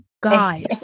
Guys